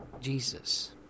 Jesus